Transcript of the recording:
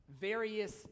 various